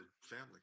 family